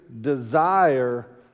desire